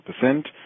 percent